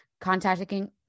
contacting